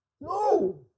No